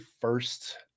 first